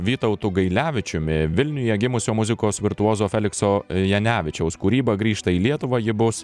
vytautu gailevičiumi vilniuje gimusio muzikos virtuozo felikso janevičiaus kūryba grįžta į lietuvą ji bus